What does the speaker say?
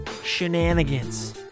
shenanigans